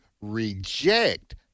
reject